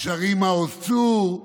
שרים מעוז צור,